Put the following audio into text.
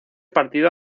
partido